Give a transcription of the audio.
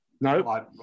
No